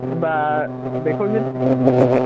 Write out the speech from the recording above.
होनबा बेखौ जुदि